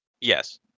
yes